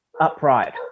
upright